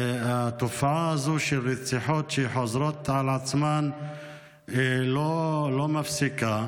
התופעה הזו של רציחות שחוזרות על עצמן לא נפסחת.